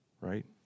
Right